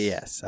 Yes